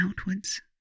outwards